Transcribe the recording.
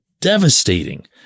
devastating